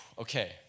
Okay